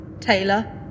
Taylor